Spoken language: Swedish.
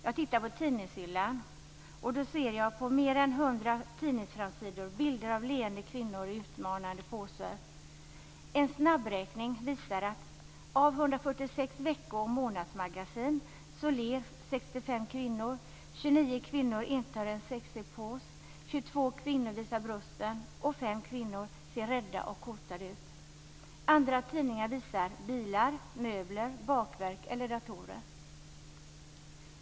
Jag tittar på tidningshyllan, och då ser jag på mer än hundra tidningsframsidor bilder av leende kvinnor i utmanande poser. En snabbräkning visar att bland kvinnor intar en sexig pose, 22 kvinnor visar brösten och 5 kvinnor ser rädda och hotade ut. Andra tidningar visar bilar, möbler, bakverk eller datorer.